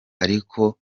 ariko